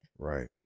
Right